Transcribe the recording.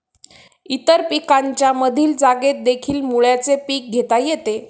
इतर पिकांच्या मधील जागेतदेखील मुळ्याचे पीक घेता येते